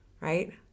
right